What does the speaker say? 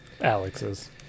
Alex's